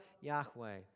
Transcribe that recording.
yahweh